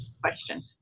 question